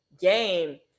game